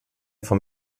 vom